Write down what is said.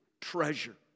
treasure